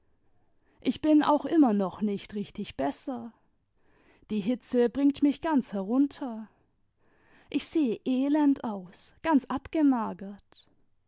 ick bin auch immer noch nicht richtig besser die hitze bringt mich ganz herunter ich sehe elend aus ganz abgemagert